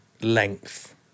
length